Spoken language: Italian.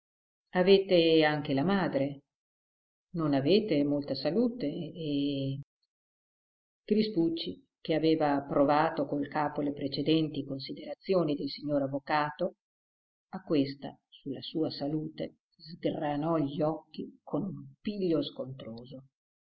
avete anche la madre non avete molta salute e crispucci che aveva approvato col capo le precedenti considerazioni del signor avvocato a questa su la sua salute sgranò gli occhi con un piglio scontroso